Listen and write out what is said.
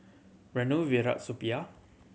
Renu Virat Suppiah